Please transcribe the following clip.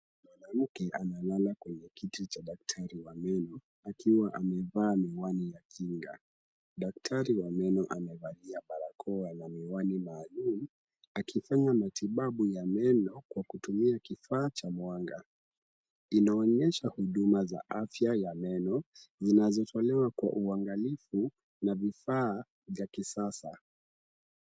Mwanamke amelala kwenye kiti cha daktari wa meno akiwa amevaa miwani ya kinga. Daktari wa meno amevalia barakoa na miwani maalum akifanya matibabu ya meno kwa kutumia kifaa cha mwanga. Inaonyesha huduma za afya ya meno zinazotolewa kwa ungalifu na vifaa vya kisasa.